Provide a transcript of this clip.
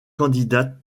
candidates